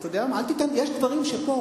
יש דברים שפה,